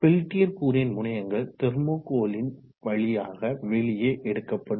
Peltier கூறின் முனையங்கள் தெர்மோகோலின் வழியாக வெளியே எடுக்கப்படும்